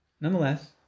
Nonetheless